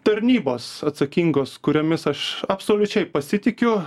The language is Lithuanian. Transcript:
tarnybos atsakingos kuriomis aš absoliučiai pasitikiu